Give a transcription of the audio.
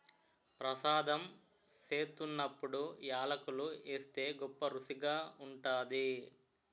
ప్రసాదం సేత్తున్నప్పుడు యాలకులు ఏస్తే గొప్పరుసిగా ఉంటాది